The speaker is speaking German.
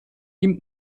ihm